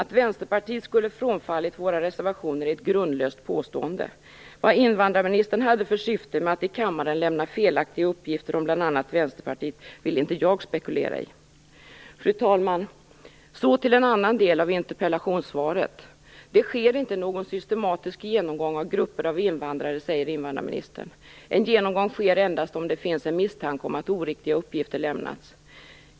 Att Vänsterpartiet skulle ha frångått våra reservationer är ett grundlöst påstående. Vad invandrarministern hade för syfte med att i kammaren lämna felaktiga uppgifter om bl.a. Vänsterpartiet vill inte jag spekulera i. Fru talman! Det sker inte någon systematisk genomgång av grupper av invandrare, säger invandrarministern.